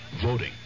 voting